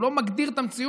הוא לא מגדיר את המציאות.